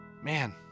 Man